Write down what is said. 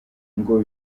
ngo